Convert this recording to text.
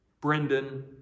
Brendan